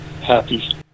happy